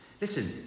Listen